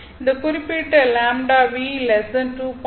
இந்த குறிப்பிட்ட λ V2